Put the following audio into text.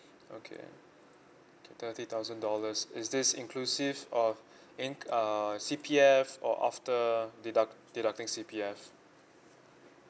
okay thirty thousand dollars is this inclusive of inc~ uh C_P_F or after deduct deducting C_P_F